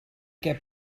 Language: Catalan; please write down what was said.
què